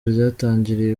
ryatangiriye